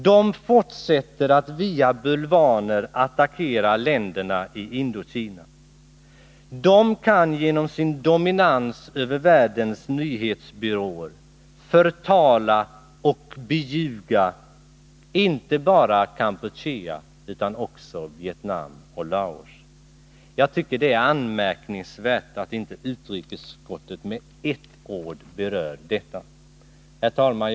Man fortsätter att via bulvaner attackera länderna i Indokina. USA kan genom sin dominans över världens nyhetsbyråer förtala och beljuga inte bara Kampuchea utan också Vietnam och Laos. Jag tycker det är anmärkningsvärt att inte utrikesutskottet med ett enda ord berör detta. Herr talman!